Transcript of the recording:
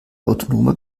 autonomer